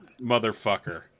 motherfucker